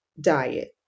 diet